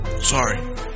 Sorry